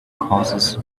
causes